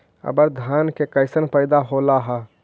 अबर धान के कैसन पैदा होल हा?